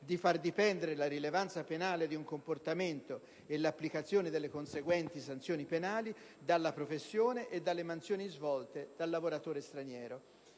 di far dipendere la rilevanza penale di un comportamento, e l'applicazione delle conseguenti sanzioni penali, dalla professione e dalle mansioni svolte dal lavoratore straniero».